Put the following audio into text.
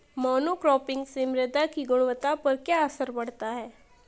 Monocropping से मृदा की गुणवत्ता पर क्या असर पड़ता है?